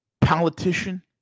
politician